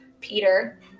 peter